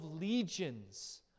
legions